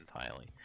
entirely